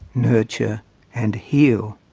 nurture and heal.